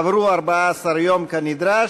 עברו 14 יום כנדרש.